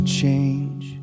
change